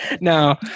No